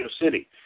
City